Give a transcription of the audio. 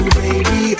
baby